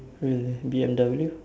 really B_M_W